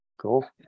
Cool